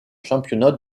championnats